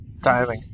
Diving